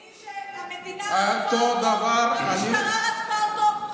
היחידי שהמדינה רדפה אותו והמשטרה רדפה אותו והפרקליטות רדפה אותו,